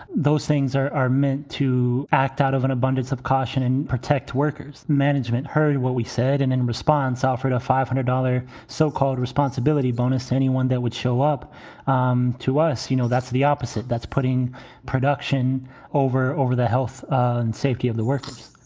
those things are are meant to act out of an abundance of caution and protect workers. management heard what we said and in response offered a five hundred dollars so-called responsibility bonus to anyone that would show up um to us. you know, that's the opposite. that's putting production over over the health and safety of the workers